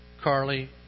Carly